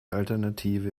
alternative